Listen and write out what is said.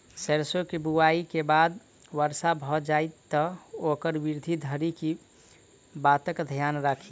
सैरसो केँ बुआई केँ बाद वर्षा भऽ जाय तऽ ओकर वृद्धि धरि की बातक ध्यान राखि?